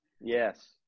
Yes